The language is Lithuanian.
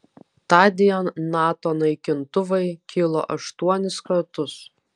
tądien nato naikintuvai kilo aštuonis kartus